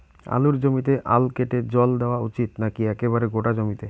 আলুর জমিতে আল কেটে জল দেওয়া উচিৎ নাকি একেবারে গোটা জমিতে?